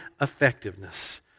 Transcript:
effectiveness